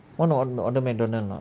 want to or~ want to order McDonald's not